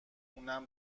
اونم